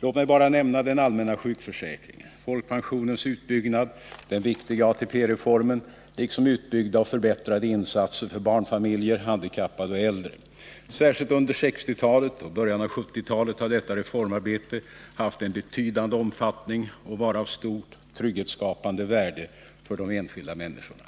Låt mig bara nämna den allmänna sjukförsäkringen, folkpensionens utbyggnad, den viktiga ATP-reformen liksom utbyggda och förbättrade insatser för barnfamiljer, handikappade och äldre. Särskilt under 1960-talet och början av 1970-talet har detta reformarbete haft en betydande omfattning och varit av stort trygghetsskapande värde för de enskilda människorna.